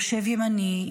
יושב ימני,